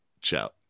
Ciao